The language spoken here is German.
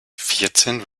vierzehn